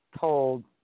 told